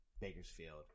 Bakersfield